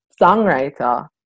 songwriter